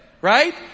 Right